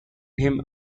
him